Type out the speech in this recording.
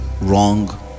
wrong